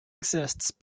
exists